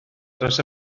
dros